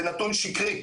זה נתון שקרי,